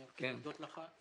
אני רוצה להודות לך,